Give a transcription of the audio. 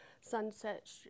Sunset